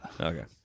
Okay